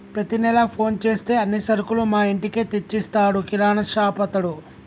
ప్రతి నెల ఫోన్ చేస్తే అన్ని సరుకులు మా ఇంటికే తెచ్చిస్తాడు కిరాణాషాపతడు